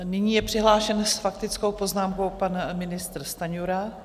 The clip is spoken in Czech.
Nyní je přihlášen s faktickou poznámkou pan ministr Stanjura.